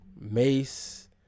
Mace